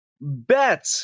Bet